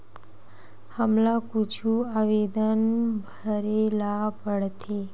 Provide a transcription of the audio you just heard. हमला कुछु आवेदन भरेला पढ़थे?